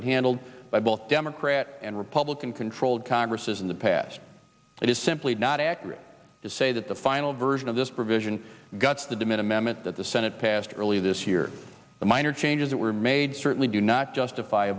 been handled by both democrat and republican controlled congress is in the past it is simply not accurate to say that the final version of this provision guts the diminishment that the senate passed earlier this year the minor changes that were made certainly do not justify a